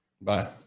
Bye